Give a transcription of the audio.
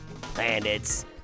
planets